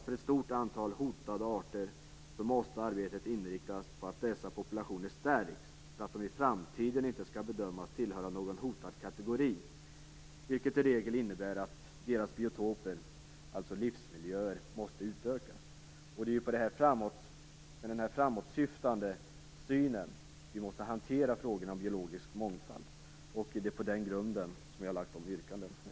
För ett stort antal hotade arter måste arbetet inriktas på att dessa populationer stärks så att de i framtiden inte skall bedömas tillhöra någon hotad kategori, vilket i regel innebär att deras biotoper, dvs. livsmiljöer, måste utökas. Det är med denna framåtsyftande syn vi måste hantera frågorna om biologisk mångfald. Det är på den grunden som jag har gjort yrkandena.